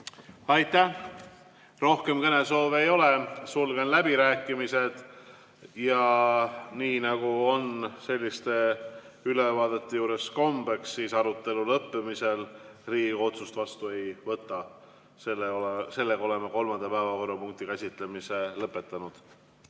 Aitäh! Rohkem kõnesoove ei ole, sulgen läbirääkimised. Nii nagu on selliste ülevaadete juures kombeks, arutelu lõppemisel Riigikogu otsust vastu ei võta. Oleme kolmanda päevakorrapunkti käsitlemise lõpetanud.